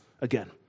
again